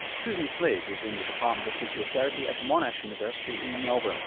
susan slade is in the department of physiotherapy at monash university in melbourne.